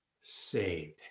saved